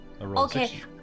Okay